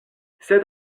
sed